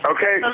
Okay